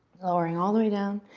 lowering all the way down,